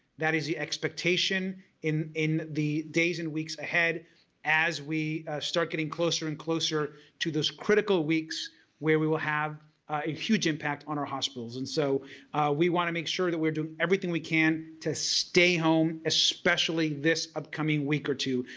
that is the expectation in in the days and weeks ahead as we start getting closer and closer to those critical weeks where we will have a huge impact on our hospitals and so we want to make sure that we're doing everything we can to stay home especially this upcoming week or two.